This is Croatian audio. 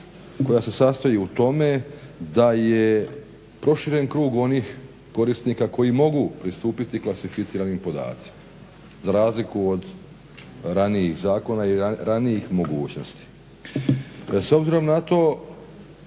koja se sastoji u tome da je proširen krug onih korisnika koji mogu pristupiti klasificiranim podacima za razliku od ranijih zakona i ranijih mogućnosti. S obzirom na to